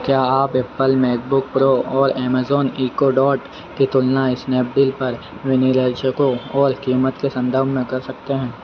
क्या आप Apple MacBook Pro और एमेजॉन की इक्को डॉट की तुलना स्नैपडील पर विनिर्देशको और कीमत के सन्दर्भ में कर सकते हैं